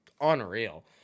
unreal